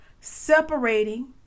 separating